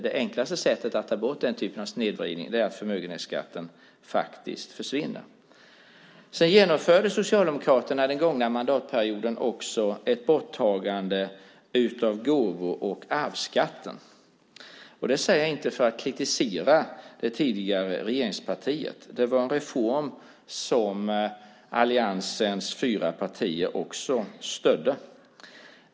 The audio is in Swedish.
Det enklaste sättet att ta bort den typen av snedvridning är att se till att förmögenhetsskatten faktiskt försvinner. Sedan genomförde Socialdemokraterna den gångna mandatperioden också ett borttagande av gåvo och arvsskatten. Det säger jag inte för att kritisera det tidigare regeringspartiet. Det var en reform som alliansens fyra partier också stödde.